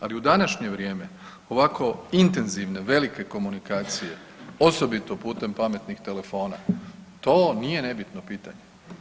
Ali u današnje vrijeme ovako intenzivne, velike komunikacije osobito putem pametnih telefona to nije nebitno pitanje.